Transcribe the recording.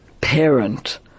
parent